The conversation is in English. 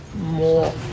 more